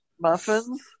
Muffins